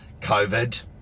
covid